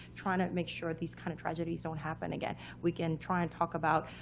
trying to make sure these kind of tragedies don't happen again. we can try and talk about